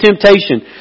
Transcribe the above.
temptation